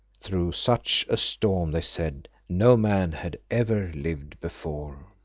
through such a storm, they said, no man had ever lived before.